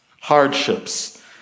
hardships